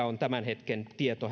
on tämän hetken tieto